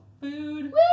Food